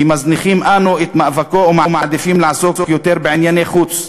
כי מזניחים אנו את מאבקו ומעדיפים לעסוק יותר בענייני חוץ.